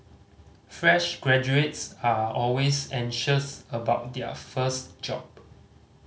fresh graduates are always anxious about their first job